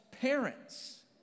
parents